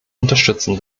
unterstützen